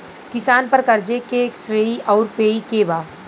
किसान पर क़र्ज़े के श्रेइ आउर पेई के बा?